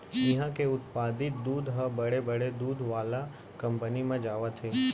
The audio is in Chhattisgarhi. इहां के उत्पादित दूद ह बड़े बड़े दूद वाला कंपनी म जावत हे